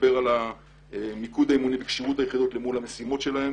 מדבר על מיקוד האימונים בכשירות הכוחות אל מול המשימות שלהם: